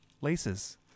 Laces